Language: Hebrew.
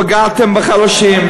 פגעתם בחלשים,